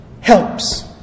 helps